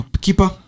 keeper